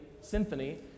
Symphony